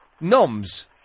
Noms